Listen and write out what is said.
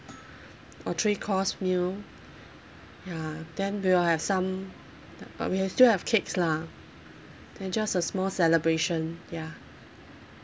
or three course meal ya then we'll have some uh we've still have cakes lah then just a small celebration ya